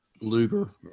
Luger